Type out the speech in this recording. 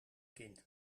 kind